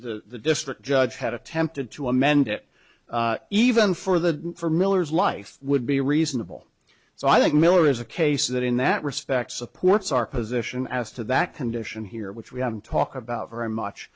the district judge had attempted to amend it even for the for miller's life would be reasonable so i think miller is a case that in that respect supports our position as to that condition here which we haven't talked about very much